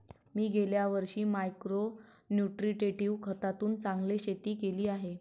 मी गेल्या वर्षी मायक्रो न्युट्रिट्रेटिव्ह खतातून चांगले शेती केली आहे